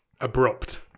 abrupt